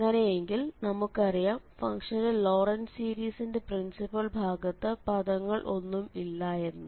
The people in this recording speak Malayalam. അങ്ങനെയെങ്കിൽ നമുക്കറിയാം ഫംഗ്ഷന്റെ ലോറന്റ് സീരീസിന്റെ പ്രിൻസിപ്പൽ ഭാഗത്ത് പദങ്ങൾ ഒന്നും ഇല്ല എന്ന്